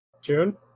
june